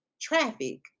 traffic